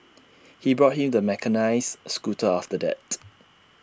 he bought him the mechanised scooter after that